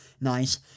Nice